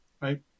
right